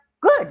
good